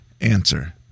answer